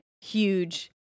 huge